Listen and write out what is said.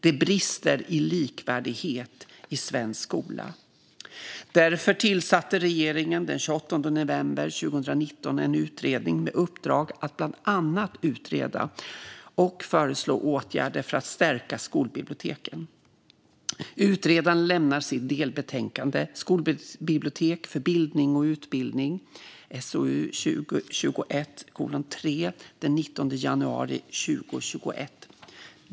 Det brister i likvärdighet i svensk skola. Därför tillsatte regeringen den 28 november 2019 en utredning med uppdrag att bland annat utreda och föreslå åtgärder för att stärka skolbiblioteken. Utredningen lämnade sitt delbetänkande Skolbibliotek för bildning och utbildning den 19 januari 2021.